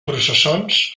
processons